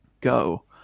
go